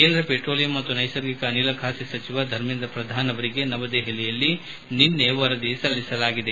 ಕೇಂದ್ರ ಪೆಟ್ರೋಲಿಯಂ ಮತ್ತು ನ್ಲೆಸರ್ಗಿಕ ಅನಿಲ ಖಾತೆ ಸಚಿವ ಧರ್ಮೇಂದ್ರ ಪ್ರಧಾನ್ ಅವರಿಗೆ ನವದೆಹಲಿಯಲ್ಲಿ ನಿನ್ನೆ ವರದಿ ಸಲ್ಲಿಸಲಾಗಿದೆ